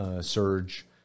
surge